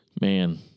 Man